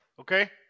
Okay